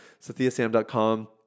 sathiasam.com